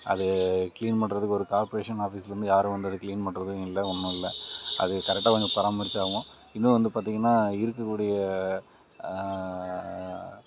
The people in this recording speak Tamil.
அது கிளீன் பண்றதுக்கு ஒரு கார்ப்பரேஷன் ஆஃபிஸ்லருந்து யாரும் வந்து அதை கிளீன் பண்றதும் இல்லை ஒன்றும் இல்லை அது கரெக்டாக கொஞ்சம் பராமரித்தாவும் இதுவும் வந்து பார்த்திங்கன்னா இருக்கக்கூடிய